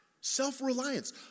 Self-reliance